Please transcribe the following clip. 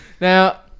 Now